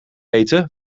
eten